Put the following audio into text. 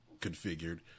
configured